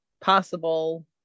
possible